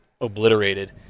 obliterated